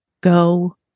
Go